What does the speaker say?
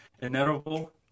inedible